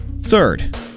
Third